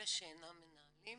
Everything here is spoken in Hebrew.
אלה שאינם מנהלים,